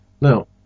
Now